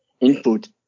input